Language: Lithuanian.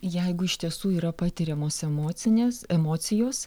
jeigu iš tiesų yra patiriamos emocinės emocijos